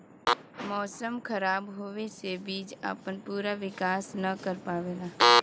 मौसम खराब होवे से बीज आपन पूरा विकास न कर पावेला